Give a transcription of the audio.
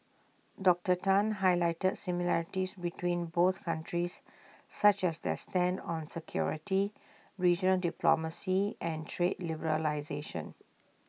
Doctor Tan highlighted similarities between both countries such as their stand on security regional diplomacy and trade liberalisation